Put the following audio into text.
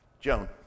Joan